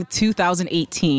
2018